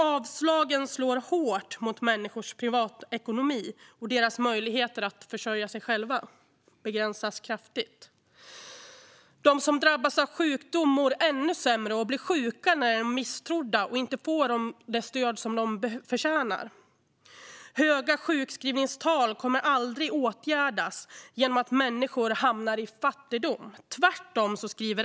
Avslagen slår hårt mot människors privatekonomi, och deras möjligheter att försörja sig själva begränsas kraftigt. De som drabbas av sjukdom mår ännu sämre och blir ännu sjukare när de blir misstrodda och inte får det stöd de förtjänar. Höga sjukskrivningstal kommer aldrig att åtgärdas genom att människor hamnar i fattigdom - tvärtom.